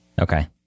Okay